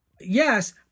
yes